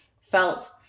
felt